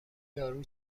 یارو